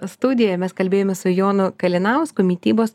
studijoj mes kalbėjomės su jonu kalinausku mitybos